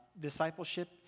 Discipleship